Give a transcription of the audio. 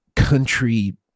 country